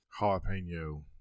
jalapeno